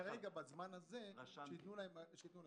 כרגע בזמן הזה שייתנו להם.